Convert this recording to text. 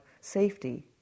safety